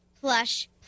Plush